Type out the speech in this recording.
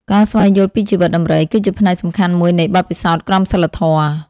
ការស្វែងយល់ពីជីវិតដំរី គឺជាផ្នែកសំខាន់មួយនៃបទពិសោធន៍ក្រមសីលធម៌។